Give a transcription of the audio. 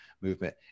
movement